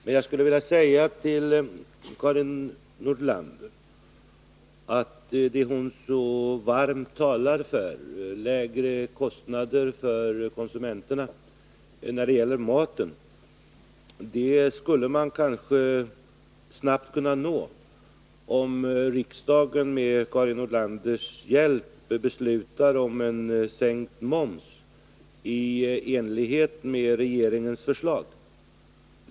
Men jag skulle vilja — lägre kostnader för konsumenterna när det gäller maten — skulle man äga till Karin Nordlander att det hon så varmt talar för snabbt kunna uppnå, om riksdagen med Karin Nordlanders hjälp i enlighet med regeringens förslag fattade beslut om en sänkt moms.